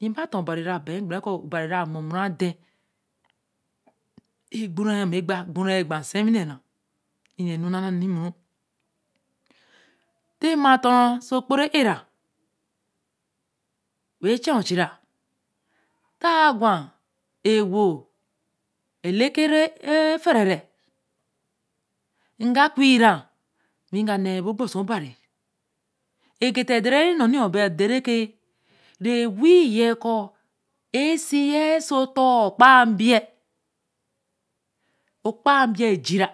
reba ta bari ra bea, kpa ra ko, obari ya a mor mo ra tderen, e gbu rant m̃m̃e kpa, egbura ekpa nsée-wi ne ra, è ne nu na na limoru ti ma tor ra oso kpo ro éra wen cha o chira, ta gwae-wo elekere, re feare re, nga kwa ra wiga ne bo hposí obari, egeta ñño ññi yo be a de re ke, re wi ye ko, é-si ye oso ton õ kpaa ebiya, okpaa esi ya, ejira.